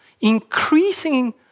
increasing